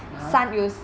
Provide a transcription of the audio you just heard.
(uh huh)